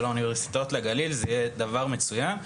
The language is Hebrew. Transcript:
האוניברסיטאות לגליל זה יהיה מצוין,